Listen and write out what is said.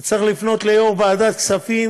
אתה צריך לפנות ליושב-ראש ועדת הכספים,